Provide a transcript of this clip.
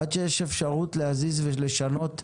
עד שיש אפשרות להזיז ולשנות,